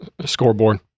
scoreboard